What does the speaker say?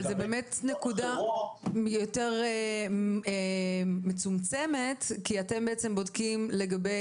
אבל זאת נקודה יותר מצומצמת כי אתם בודקים לגבי